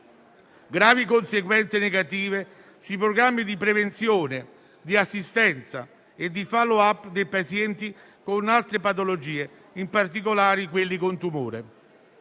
gravi conseguenze negative sui programmi di prevenzione, assistenza e *follow-up* dei pazienti con altre patologie, in particolare quelli con tumore.